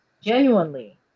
genuinely